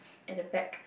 at the back